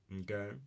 okay